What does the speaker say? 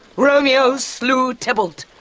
romeo slew tybalt,